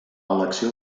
elecció